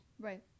Right